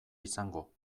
izango